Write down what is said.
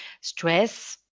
stress